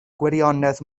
gwirionedd